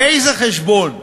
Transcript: ואיזה חשבון: